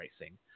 racing